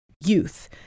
youth